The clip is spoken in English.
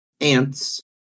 Ants